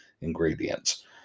ingredients